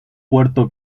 puerto